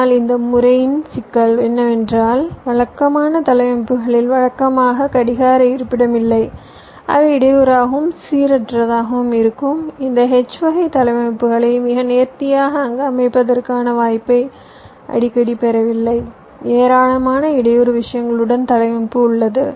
ஆனால் இந்த முறையின் சிக்கல் என்னவென்றால் வழக்கமான தளவமைப்புகளில் வழக்கமாக கடிகார இருப்பிடம் இல்லை அவை இடையூறாகவும் சீரற்றதாகவும் இருக்கும் இந்த H வகை தளவமைப்புகளை மிக நேர்த்தியாக அங்கு அமைப்பதற்கான வாய்ப்பை அடிக்கடி பெறவில்லை ஏராளமான இடையூறு விஷயங்களுடன் தளவமைப்பு உள்ளது